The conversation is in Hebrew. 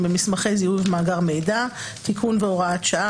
במסמכי זיהוי ובמאגר מידע (תיקון והוראת שעה),